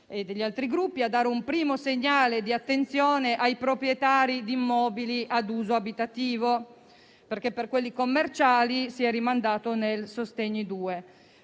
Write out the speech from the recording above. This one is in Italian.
e di altri Gruppi, a dare un primo segnale di attenzione ai proprietari di immobili ad uso abitativo (mentre per quelli commerciali si è rimandato al decreto